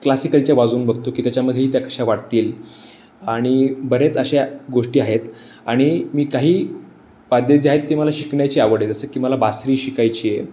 क्लासिकलच्या वाजवून बघतो की त्याच्यामध्येही त्या कशा वाटतील आणि बरेच अशा गोष्टी आहेत आणि मी काही वाद्ये जे आहेत ते मला शिकण्याची आवड आहे जसं की मला बासरी शिकायची आहे